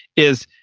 is